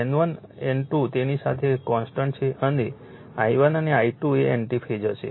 N1 N2 તેની સાથે constant છે અને I1 અને I2 એ એન્ટિ ફેઝ હશે